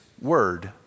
word